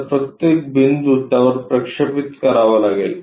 तर प्रत्येक बिंदू त्यावर प्रक्षेपित करावा लागेल